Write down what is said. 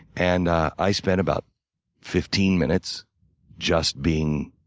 and i i spent about fifteen minutes just being